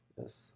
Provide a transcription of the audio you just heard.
yes